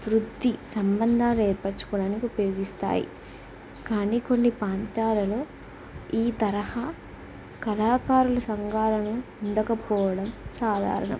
వృద్ధి సంబంధాలు ఏర్పరచుకోవడానికి ఉపయోగిస్తాయి కానీ కొన్ని ప్రాంతాలలో ఈ తరహా కళాకారుల సంఘాలను ఉండకపోవడం సాధారణం